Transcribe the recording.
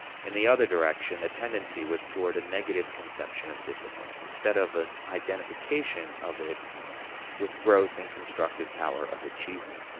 in the other direction, the tendency was towards a negative conception of discipline, instead of an identification of it with growth in constructive power of achievement.